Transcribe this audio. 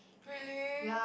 really